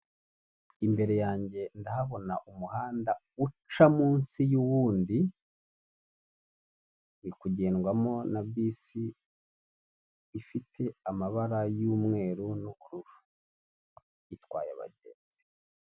Imbere yanjye ndahabona umuhanda uca munsi y'uwundi uri kugendwamo na bisi ifite amabara y'umweru n'ubururu itwaye abagenzi.